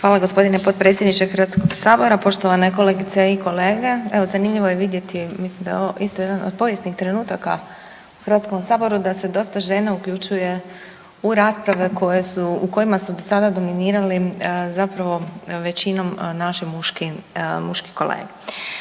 Hvala gospodine potpredsjedniče Hrvatskog sabora, poštovane kolegice i kolege. Evo zanimljivo je vidjeti, mislim da je ovo isto jedan od povijesnih trenutaka u Hrvatskom saboru da se dosta žena uključuje u rasprave koje su, u kojima su do sada dominirali zapravo većinom naši muški kolege.